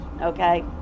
okay